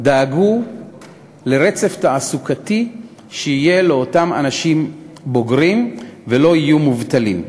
דאגו שיהיה רצף תעסוקתי לאותם אנשים בוגרים ולא יהיו מובטלים.